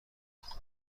کالکشن